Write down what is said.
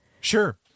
sure